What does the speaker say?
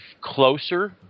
closer